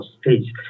stage